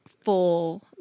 full